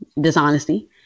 dishonesty